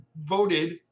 voted